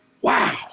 wow